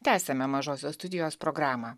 tęsiame mažosios studijos programą